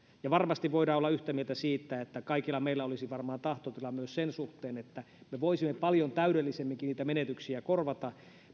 varmasti voidaan olla yhtä mieltä siitä että kaikilla meillä on varmaan tahtotila myös sen suhteen että me voisimme paljon täydellisemminkin niitä menetyksiä korvata